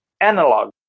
analog